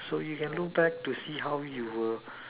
so you can look back to see how you were